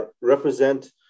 represent